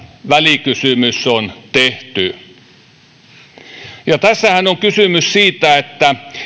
välikysymys on tehty tässähän on kysymys siitä että